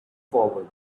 forward